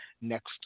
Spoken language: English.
next